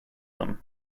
them